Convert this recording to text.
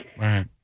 right